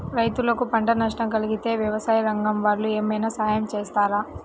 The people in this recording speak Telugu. రైతులకు పంట నష్టం కలిగితే వ్యవసాయ రంగం వాళ్ళు ఏమైనా సహాయం చేస్తారా?